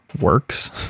works